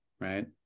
Right